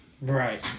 Right